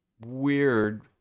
weird